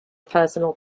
personal